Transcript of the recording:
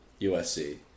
USC